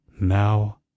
Now